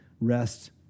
rest